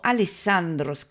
Alessandro